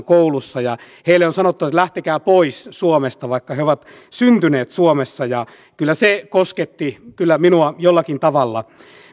koulussa ja heille on sanottu että lähtekää pois suomesta vaikka he ovat syntyneet suomessa kyllä se kosketti minua jollakin tavalla